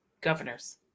Governors